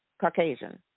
Caucasian